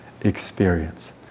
experience